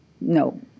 No